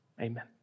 Amen